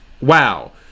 Wow